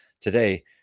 today